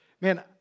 man